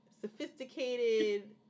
sophisticated